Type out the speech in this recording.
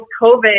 COVID